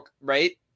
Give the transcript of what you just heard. right